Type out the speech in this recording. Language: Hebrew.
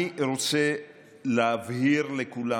אני רוצה להבהיר לכולם,